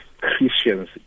christians